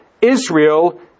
Israel